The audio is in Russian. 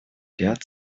ряд